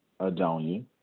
Adonia